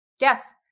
Yes